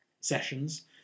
sessions